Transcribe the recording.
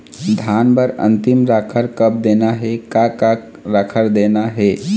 धान बर अन्तिम राखर कब देना हे, का का राखर देना हे?